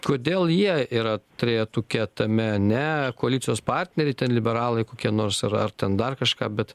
kodėl jie yra trejetuke tame ne koalicijos partneriai liberalai kokie nors ar ar ten dar kažką bet